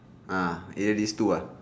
ah either this two uh